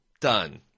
Done